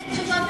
אין תשובה בכלל,